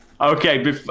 Okay